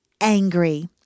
angry